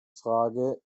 frage